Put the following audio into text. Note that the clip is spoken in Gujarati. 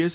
એસ